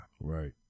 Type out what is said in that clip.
Right